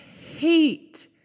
hate